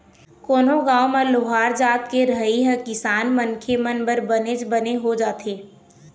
कोनो गाँव म लोहार जात के रहई ह किसान मनखे मन बर बनेच बने हो जाथे